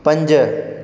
पंज